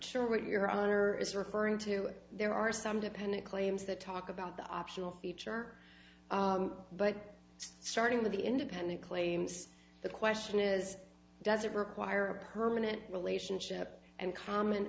sure what your honor is referring to there are some dependent claims that talk about the optional feature but starting with the independent claims the question is does it require a permanent relationship and common